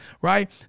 right